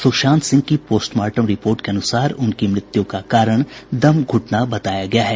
सुशांत सिंह की postmortem report के अनुसार उनकी मृत्यु का कारण दम घुटना बताया गया है